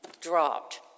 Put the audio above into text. dropped